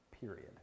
period